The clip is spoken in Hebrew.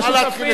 השותפים,